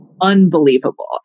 unbelievable